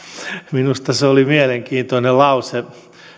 minusta se oli mielenkiintoinen lause